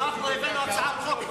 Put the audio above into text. אנחנו הבאנו הצעת חוק,